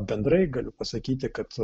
bendrai galiu pasakyti kad